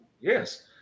yes